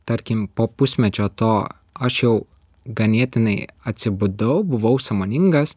tarkim po pusmečio to aš jau ganėtinai atsibudau buvau sąmoningas